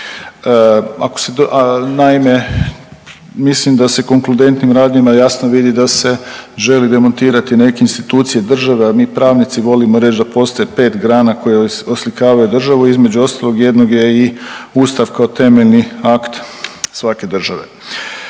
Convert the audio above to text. žalosti. Naime mislim da se konkludentnim radnjama jasno vidi da se želi demontirati neke institucije države, a mi pravnici volimo reći da postoji pet grana koje oslikavaju državu i između ostalog i jednog je Ustav kao temeljni akt svake države.